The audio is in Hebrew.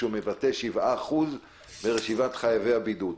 שמבטא 7% מרשימת חייבי הבידוד.